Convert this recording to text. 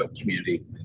community